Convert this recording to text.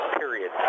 period